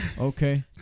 Okay